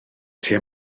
tua